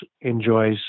enjoys